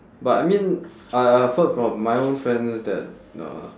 but I mean uh I I've heard from my own friends that uh